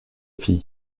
fille